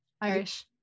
Irish